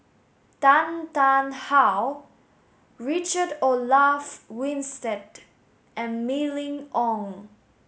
Tan Tarn How Richard Olaf Winstedt and Mylene Ong